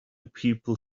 people